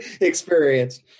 Experience